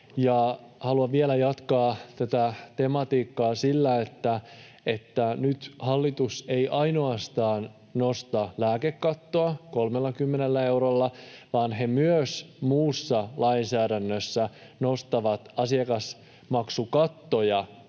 Haluan vielä jatkaa tätä tematiikkaa sillä, että nyt hallitus ei ainoastaan nosta lääkekattoa 30 eurolla, vaan he myös muussa lainsäädännössä nostavat asiakasmaksukattoja